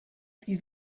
plus